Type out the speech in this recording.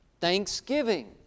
thanksgiving